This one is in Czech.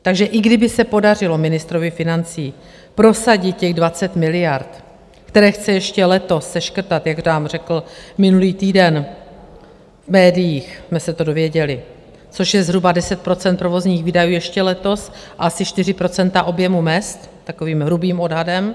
Takže i kdyby se podařilo ministrovi financí prosadit těch 20 miliard, které chce ještě letos seškrtat, jak nám řekl minulý týden, v médiích jsme se to dověděli, což je zhruba 10% provozních výdajů ještě letos, asi 4 % objemu mezd takovým hrubým odhadem.